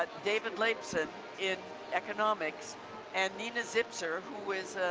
ah david lapsin in economics and nina zipsur who is